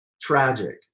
tragic